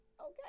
okay